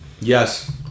yes